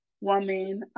woman